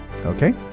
okay